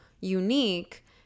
unique